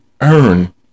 earn